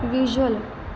visual